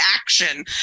action